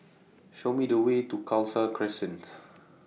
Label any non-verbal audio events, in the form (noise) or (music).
Show Me The Way to Khalsa Crescents (noise)